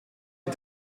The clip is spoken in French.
est